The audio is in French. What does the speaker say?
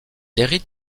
hérite